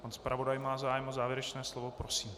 Pan zpravodaj má zájem o závěrečné slovo, prosím.